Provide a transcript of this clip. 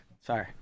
Sorry